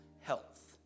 health